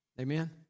Amen